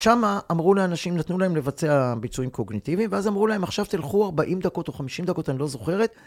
שמה אמרו לאנשים, נתנו להם לבצע ביצועים קוגניטיביים, ואז אמרו להם, עכשיו תלכו 40 דקות או 50 דקות, אני לא זוכרת.